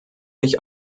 mich